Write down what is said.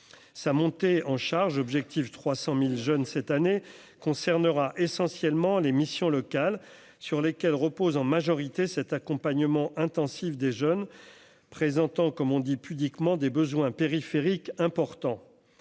sa montée en charge, objectif 300000 jeunes cette année concernera essentiellement les missions locales, sur lesquelles repose en majorité cet accompagnement intensif des jeunes présentant comme on dit pudiquement des besoins périphérique important